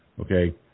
Okay